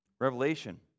Revelation